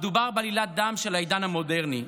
מדובר בעלילת דם של העידן המודרני.